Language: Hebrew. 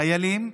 חיילים,